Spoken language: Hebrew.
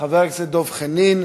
חברת הכנסת איילת נחמיאס ורבין,